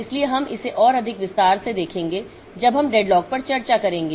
इसलिए हम इसे और अधिक विस्तार से देखेंगे जब हम डेडलॉक पर चर्चा करेंगे